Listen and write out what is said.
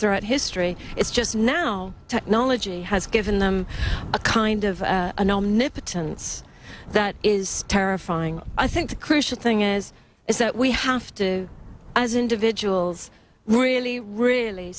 throughout history it's just now technology has given them a kind of an omnipotent that is terrifying i think the crucial thing is is that we have to as individuals really really